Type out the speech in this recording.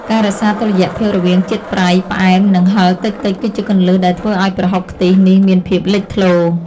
ការរក្សាតុល្យភាពរវាងជាតិប្រៃ ផ្អែម និងហឹរតិចៗគឺជាគន្លឹះដែលធ្វើឱ្យប្រហុកខ្ទិះនេះមានភាពលេចធ្លោ។